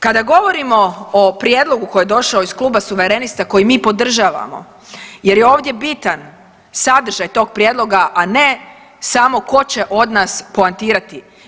Kada govorimo o prijedlogu koji je došao iz kluba suverenista koji mi podržavamo jer je ovdje bitan sadržaj tog prijedloga, a ne samo tko će od nas poantirati.